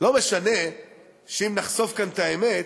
לא משנה שאם נחשוף כאן את האמת,